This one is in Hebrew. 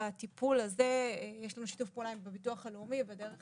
בטיפול הזה יש שיתוף פעולה עם הביטוח הלאומי ודרך